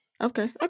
Okay